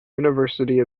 university